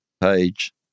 Page